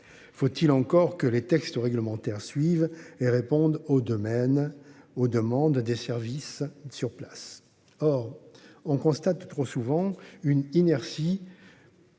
Faut-il encore que les textes réglementaires suivent et répondent aux domaines. Aux demandes des services sur place. Or on constate trop souvent une inertie.